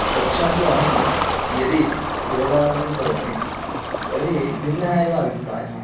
कक्षासु अहं यदि योगासनं करोमि तर्हि भिन्नः एव अभिप्रायः